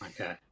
okay